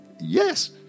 yes